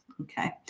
okay